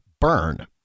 burn